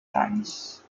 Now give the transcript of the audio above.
tons